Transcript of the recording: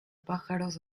pájaros